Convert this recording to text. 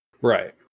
right